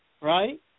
right